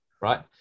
Right